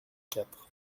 quatre